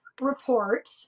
report